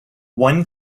one